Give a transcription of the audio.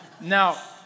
Now